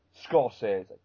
Scorsese